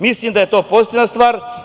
Mislim da je to pozitivna stvar.